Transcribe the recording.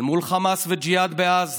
אל מול חמאס וג'יהאד בעזה.